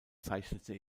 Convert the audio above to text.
zeichnete